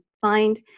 find